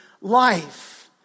life